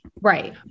right